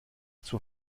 zur